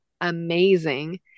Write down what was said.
amazing